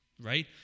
right